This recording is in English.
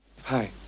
Hi